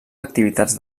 activitats